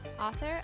author